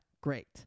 Great